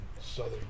southern